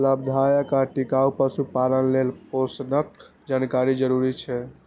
लाभदायक आ टिकाउ पशुपालन लेल पोषणक जानकारी जरूरी छै